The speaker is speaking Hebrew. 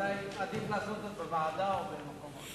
בוודאי עדיף לעשות זאת בוועדה או במקום אחר.